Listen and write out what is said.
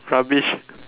rubbish